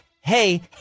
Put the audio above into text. Hey